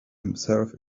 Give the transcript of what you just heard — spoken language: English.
himself